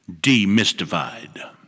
demystified